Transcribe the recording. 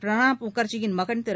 பிரணாப் முகர்ஜியின் மகன் திரு